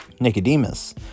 Nicodemus